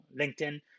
LinkedIn